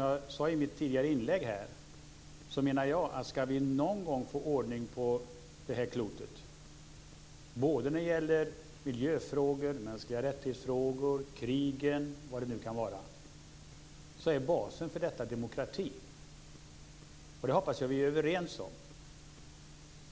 Jag sade i mitt tidigare inlägg att om vi någon gång ska få ordning på det här klotet - miljöfrågor, mänskligarättighetsfrågor, krigen osv. - är basen för detta demokrati. Det hoppas jag att vi är överens om.